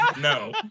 no